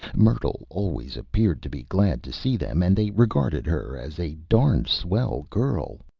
myrtle always appeared to be glad to see them, and they regarded her as a darned swell girl.